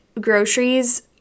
groceries